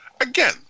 again